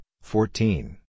fourteen